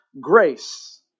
grace